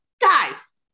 guys